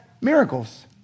miracles